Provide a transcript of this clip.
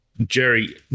Jerry